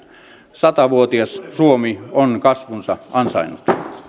satavuotias suomi on kasvunsa ansainnut